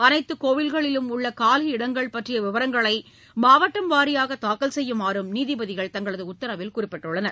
அனைத்து கோவில்களிலும் உள்ள காலியிடங்கள் பற்றிய விவரத்தை மாவட்டம் வாரியாக தாக்கல் செய்யுமாறும் நீதிபதிகள் தங்களது உத்தரவில் குறிப்பிட்டுள்ளனர்